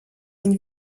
une